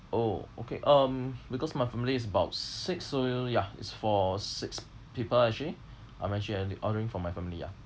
oh okay um because my family is about six so ya it's for six people actually I'm actually o~ ordering from my family ya